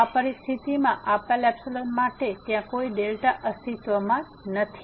તેથી આ પરિસ્થિતિમાં આપેલ માટે ત્યાં કોઈ અસ્તિત્વમાં નથી